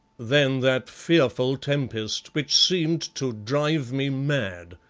then that fearful tempest, which seemed to drive me mad.